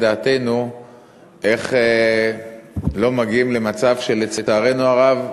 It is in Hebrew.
דעתנו איך לא מגיעים למצב שלצערנו הרב,